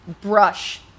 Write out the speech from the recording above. brush